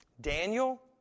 Daniel